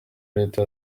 leta